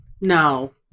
no